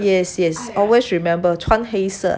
yes yes always remember 穿黑色